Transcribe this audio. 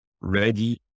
ready